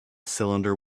cylinder